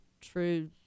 true